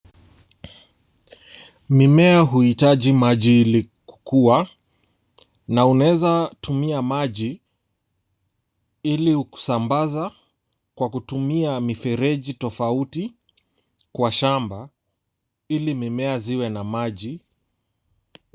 Mimea huhitaji maji ili kukua na unaeza kutumia maji ili kusambaza kwa kutumia mifereji tofauti kwa shamba ili mimea ziwe na maji.